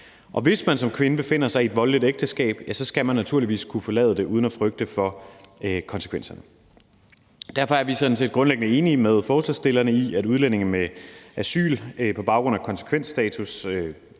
Hvis man som kvinde befinder sig i et voldeligt ægteskab, skal man naturligvis kunne forlade det uden at frygte for konsekvenserne. Derfor er vi sådan set grundlæggende enige med forslagsstillerne i, at udlændinge med asyl på baggrund af konsekvensstatus